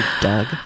Doug